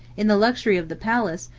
in the luxury of the palace,